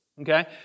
Okay